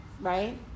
right